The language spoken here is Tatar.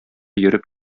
йөреп